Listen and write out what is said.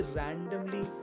randomly